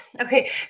okay